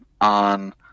on